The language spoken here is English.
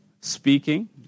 speaking